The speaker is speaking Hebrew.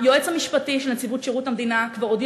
היועץ המשפטי של נציבות שירות המדינה כבר הודיע